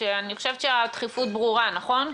אני חושבת שהדחיפות ברורה, נכון?